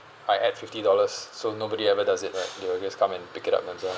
I add fifty dollars so nobody ever does it right they will just come and pick it up none the